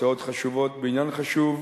הצעות חשובות בעניין חשוב,